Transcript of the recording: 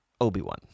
Obi-Wan